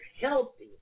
healthy